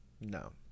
No